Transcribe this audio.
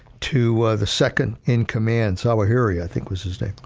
to the second in command, zawahiri, i think was his name.